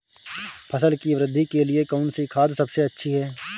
फसल की वृद्धि के लिए कौनसी खाद सबसे अच्छी है?